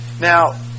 Now